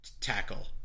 tackle